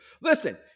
Listen